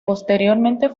posteriormente